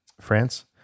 France